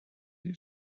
you